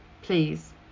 please